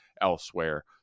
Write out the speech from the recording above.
elsewhere